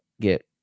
get